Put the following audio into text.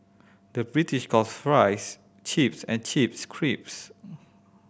the British calls fries chips and chips crisps